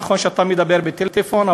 נכון שאתה מדבר בטלפון,